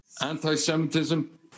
Anti-Semitism